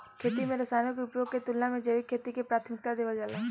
खेती में रसायनों के उपयोग के तुलना में जैविक खेती के प्राथमिकता देवल जाला